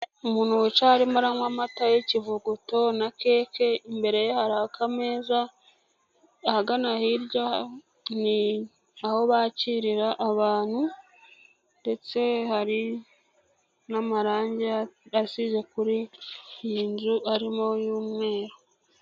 Umuntu wicaye arimo anywa amata y'ikivuguto na keke imbere ye hari akameza, ahagana hirya, ni aho bakirira abantu, ndetse hari n'amarangi asize kuri iyi nzu, arimo y'umweru.